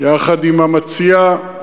יחד עם אמציה.